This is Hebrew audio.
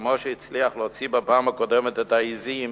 וכמו שהצליח להוציא בפעם הקודמת את העזים